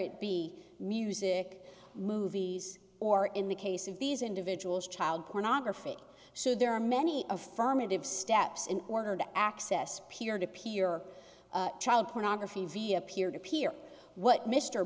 it be music movies or in the case of these individuals child pornography so there are many affirmative steps in order to access peer to peer child pornography via peer to peer what mr